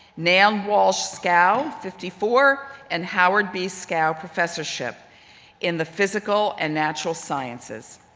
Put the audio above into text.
nan walsh schow fifty four and howard b so schow professorship in the physical and natural sciences.